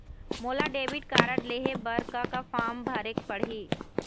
मोला debit card लेहे बर का का फार्म भरेक पड़ही?